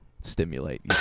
stimulate